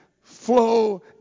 flow